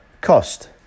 Cost